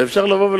ואפשר לשאול: